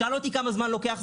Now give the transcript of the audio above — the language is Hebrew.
שאל אותי כמה זמן לוקח?